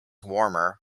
warmer